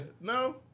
no